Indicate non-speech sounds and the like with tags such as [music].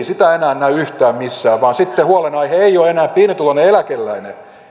[unintelligible] sitä enää näy yhtään missään vaan sitten huolenaihe ei ole enää pienituloinen eläkeläinen